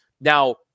Now